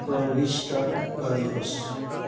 प्रविष्ट गर्नुहोस्